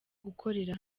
gukorera